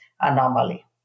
anomaly